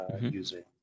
Using